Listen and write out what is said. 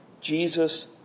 Jesus